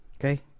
Okay